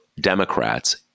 democrats